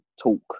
talk